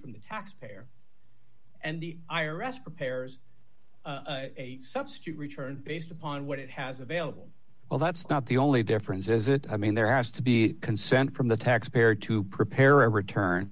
from the taxpayer and the i r s prepares a substitute return based upon what it has available well that's not the only difference is it i mean there has to be consent from the taxpayer to prepare a return